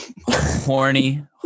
horny